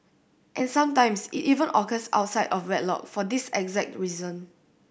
and sometimes it even occurs outside of wedlock for this exact reason